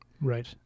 Right